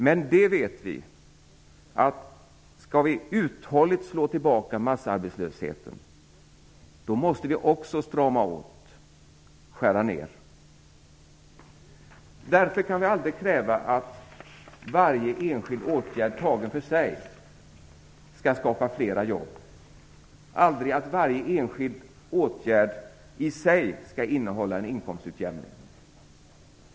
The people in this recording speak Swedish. Men det vet vi, att skall vi uthålligt slå tillbaka massarbetslösheten måste vi också strama åt och skära ner. Därför kan vi aldrig kräva att varje enskild åtgärd tagen för sig skall skapa fler jobb, aldrig att varje enskild åtgärd i sig skall innehålla en inkomstutjämning.